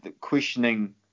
questioning